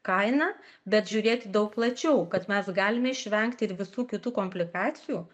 kaina bet žiūrėt daug plačiau kad mes galime išvengti ir visų kitų komplikacijų